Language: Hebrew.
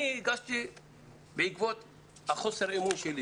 אני הגשתי בעקבות חוסר האמון שלי